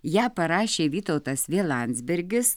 ją parašė vytautas v landsbergis